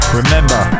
remember